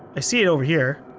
i see it over here.